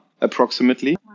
approximately